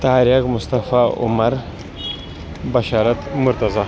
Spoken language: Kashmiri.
طارق مُصطفٰی عمر بشارت مرتضیٰ